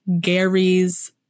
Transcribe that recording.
Gary's